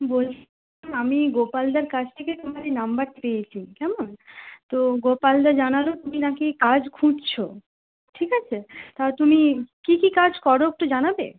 বলছিলাম আমি গোপালদার কাছ থেকে তোমার এই নম্বর পেয়েছি কেমন তো গোপালদা জানাল তুমি নাকি কাজ খুঁজছো ঠিক আছে তা তুমি কি কি কাজ করো একটু জানাবে